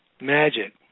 Magic